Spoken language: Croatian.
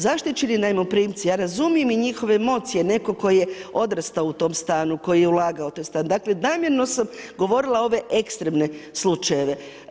Zaštićeni najmoprimci, ja razumijem i njihove emocije, netko tko je odrastao u tom stanu, koji je ulagao u taj stan, dakle namjerno sam govorila ove ekstremne slučajeve.